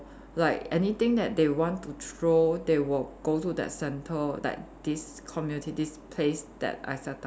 like anything that they want to throw they will go to that centre like this community this place that I set up